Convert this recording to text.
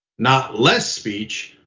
not less speech,